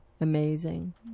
Amazing